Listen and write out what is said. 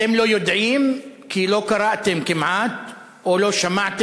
אתם לא יודעים כי לא קראתם כמעט או לא שמעתם,